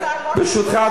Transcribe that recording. ברשותך,